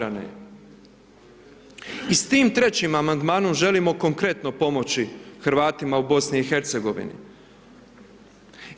I s tim trećim amandmanom želimo konkretno pomoći Hrvatima u BiH-u.